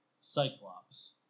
Cyclops